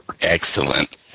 Excellent